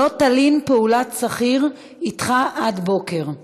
לא תלין פעלת שכיר אתך עד בקר".